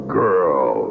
girl